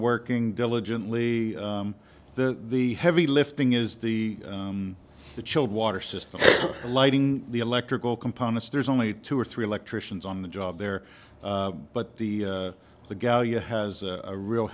working diligently the the heavy lifting is the the chilled water system lighting the electrical components there's only two or three electricians on the job there but the the gallia has a real